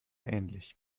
ähnlich